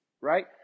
right